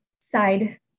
side